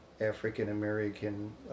African-American